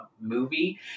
movie